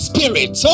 Spirit